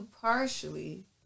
Partially